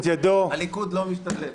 הליכוד לא משתתף.